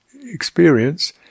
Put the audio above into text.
experience